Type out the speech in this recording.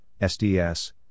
SDS